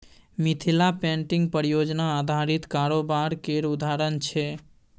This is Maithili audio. मिथिला पेंटिंग परियोजना आधारित कारोबार केर उदाहरण छै